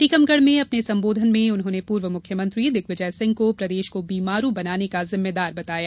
टीकमगढ़ में अपने संबोधन में उन्होंने पूर्व मुख्यमंत्री दिग्विजय सिंह पर प्रदेश को बीमारू बनाने का जिम्मेदार बताया